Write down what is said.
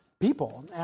People